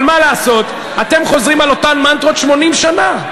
אבל מה לעשות, אתם חוזרים על אותן מנטרות 80 שנה.